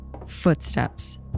Footsteps